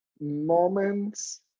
moments